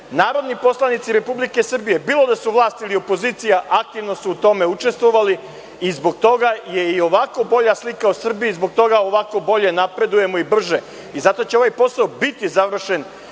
narodni poslanici Republike Srbije bilo da su u vlasti ili opozicija aktivno su u tome učestvovali. Zbog toga je i ovako bolja slika o Srbiji, zbog toga ovako bolje napredujemo i brže. Zato će ovaj posao biti završen